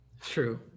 True